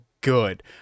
good